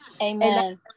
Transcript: Amen